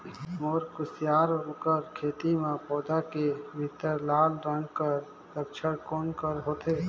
मोर कुसियार कर खेती म पौधा के भीतरी लाल रंग कर लक्षण कौन कर होथे?